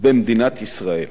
במדינת ישראל.